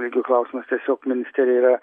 lygio klausimas tiesiog ministerija yra